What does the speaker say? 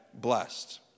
blessed